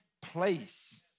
place